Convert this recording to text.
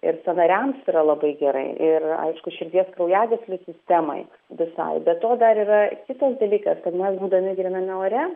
ir sąnariams yra labai gerai ir aišku širdies kraujagyslių sistemai visai be to dar yra kitas dalykas kad mes būdami gryname ore